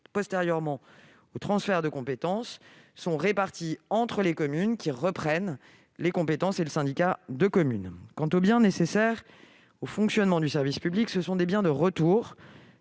postérieurement au transfert de compétences sont répartis entre les communes qui reprennent la compétence [...] et le syndicat de communes ». Quant aux biens nécessaires au fonctionnement du service public, ce sont des biens de retour